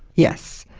yes.